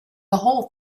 whole